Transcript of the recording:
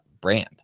brand